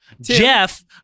jeff